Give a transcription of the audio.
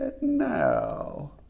now